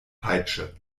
peitsche